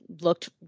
looked